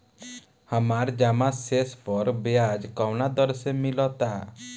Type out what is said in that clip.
हमार जमा शेष पर ब्याज कवना दर से मिल ता?